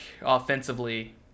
offensively